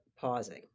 pausing